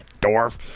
Dwarf